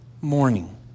morning